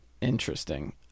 Interesting